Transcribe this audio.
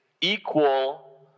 equal